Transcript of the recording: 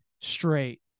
Straight